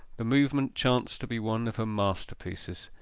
the movement chanced to be one of her masterpieces.